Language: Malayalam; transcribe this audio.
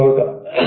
നമുക്ക് നോക്കാം